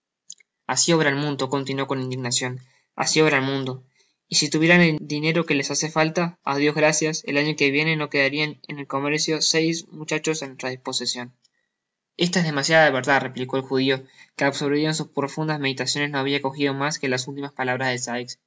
asi obra el mundo continuó con indignacion asi obra el mundo y si tuvieran el dinero que les hace falta á dios gracias ei año que viene no quedarian en el comercio seis muchachos á nuestra disposicion esta es demasiada verdad replicó el judio que absorvido en sus profundas meditaciones no habia cojido mas que las últimas palabras de